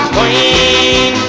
Queen